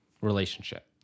relationship